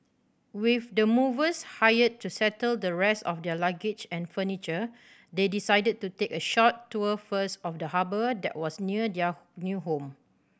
with the movers hired to settle the rest of their luggage and furniture they decided to take a short tour first of the harbour that was near their new home